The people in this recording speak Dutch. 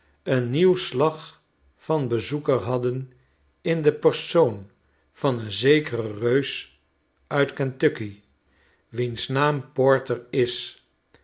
een nieuw slag van bezoeker hadden in den persoon van een zekeren reus uit kentucky wiens naam porter is